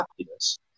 happiness